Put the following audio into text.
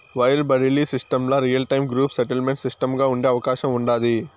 wire బడిలీ సిస్టమ్ల real time gross settlement సిస్టముగా ఉండే అవకాశం ఉండాది